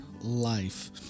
life